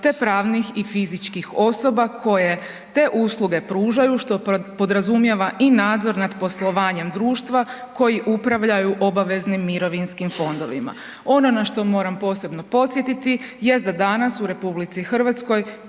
te pravnih i fizičkih osoba koje te usluge pružaju što podrazumijeva i nadzor nad poslovanjem društva koji upravljaju obaveznim mirovinskim fondovima. Ono na što moram posebno podsjetiti jest da danas u RH posluju